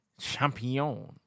champion